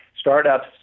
Startups